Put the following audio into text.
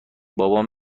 بابام